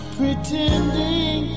pretending